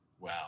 Wow